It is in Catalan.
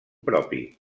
propi